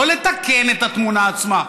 לא לתקן את התמונה עצמה.